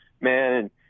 man